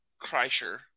Kreischer